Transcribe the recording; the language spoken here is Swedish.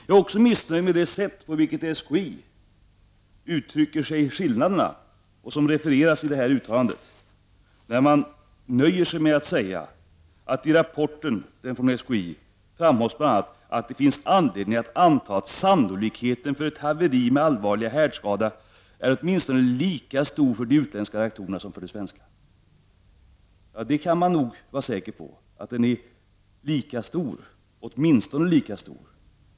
Jag är också missnöjd med det sätt på vilket SKI uttrycker sig om skillnaderna mellan dessa anläggningar och andra. Man nöjer sig i rapporten från SKI med att säga att det finns anledning att anta att sannolikheten för ett haveri med allvarlig härdskada är åtminstone lika stor för de utländska reaktorerna som för de svenska. Ja, det kan man nog vara säker på — att den är åtminstone lika stor.